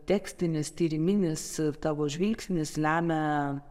tekstinis tyriminis tavo žvilgsnis lemia